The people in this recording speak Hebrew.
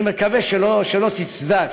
אני מקווה שלא תצדק,